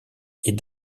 est